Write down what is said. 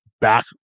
back